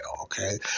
okay